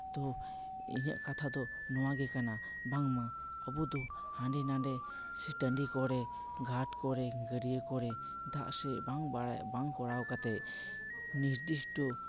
ᱛᱚ ᱤᱧᱟᱹᱜ ᱠᱟᱛᱷᱟ ᱫᱚ ᱱᱚᱣᱟ ᱜᱮ ᱠᱟᱱᱟ ᱵᱟᱝᱢᱟ ᱟᱵᱚ ᱫᱚ ᱦᱟᱸᱰᱮ ᱱᱟᱰᱮ ᱥᱮ ᱴᱟᱺᱰᱤ ᱠᱚᱨᱮ ᱜᱷᱟᱨ ᱠᱚᱨᱮ ᱜᱟᱹᱰᱭᱟᱹ ᱠᱚᱨᱮ ᱫᱟᱜ ᱥᱮᱡ ᱵᱟᱝ ᱵᱟᱲᱟᱭ ᱵᱟᱝ ᱠᱚᱨᱟᱣ ᱠᱟᱛᱮ ᱱᱤᱨᱫᱤᱥᱴᱚ